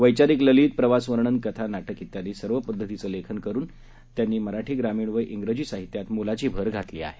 वैचारिक ललित प्रवासवर्णन कथा नाटक इत्यादी सर्व पद्धतीचे लेखन करून त्यांनी मराठी ग्रामीण व इंग्रजी साहित्यात मोलाची भर घातली आहे